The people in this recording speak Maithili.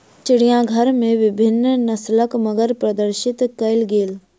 चिड़ियाघर में विभिन्न नस्लक मगर प्रदर्शित कयल गेल